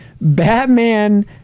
Batman